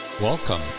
Welcome